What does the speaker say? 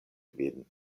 vin